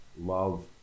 love